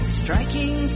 striking